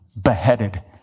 beheaded